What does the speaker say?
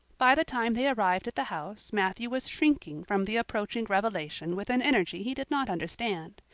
by the time they arrived at the house matthew was shrinking from the approaching revelation with an energy he did not understand.